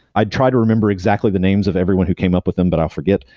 i'd try to remember exactly the names of everyone who came up with them, but i forget.